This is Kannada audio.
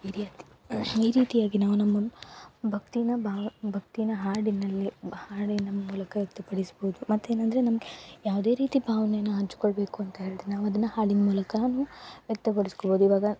ಈ ರೀತಿ ಈ ರೀತಿಯಾಗಿ ನಾವು ನಮ್ಮನ್ನ ಭಕ್ತಿನ ಭಾವ ಭಕ್ತಿನ ಹಾಡಿನಲ್ಲಿ ಹಾಡಿನ ಮೂಲಕ ವ್ಯಕ್ತಪಡಿಸ್ಬೋದು ಮತ್ತೇನು ಅಂದರೆ ನಮಗೆ ಯಾವುದೇ ರೀತಿ ಭಾವ್ನೆನ ಹಂಚ್ಕೊಳ್ಬೇಕು ಅಂತ ಹೇಳಿದ್ರೆ ನಾವು ಅದನ್ನ ಹಾಡಿನ ಮೂಲಕನು ವ್ಯಕ್ತಪಡಿಸ್ಕೊಬೋದು ಇವಾಗ